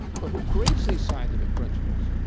but who creates these scientific principles?